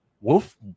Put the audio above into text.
Wolf